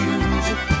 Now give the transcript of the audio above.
Music